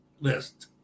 list